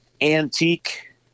antique